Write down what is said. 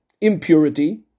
impurity